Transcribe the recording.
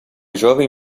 jovem